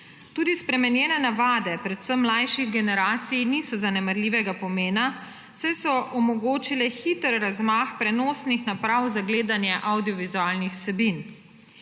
Tudi spremenjene navade predvsem mlajših generacij niso zanemarljivega pomena, saj so omogočile hiter razmah prenosnih naprav za gledanje avdiovizualnih vsebin.